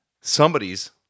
somebody's